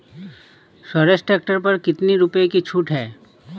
Swaraj tractor पर कितनी रुपये की छूट है?